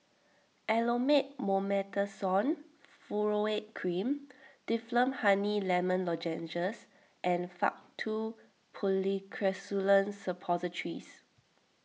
Elomet Mometasone Furoate Cream Difflam Honey Lemon Lozenges and Faktu Policresulen Suppositories